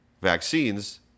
vaccines